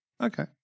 Okay